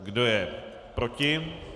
Kdo je proti?